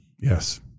Yes